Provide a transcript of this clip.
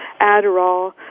Adderall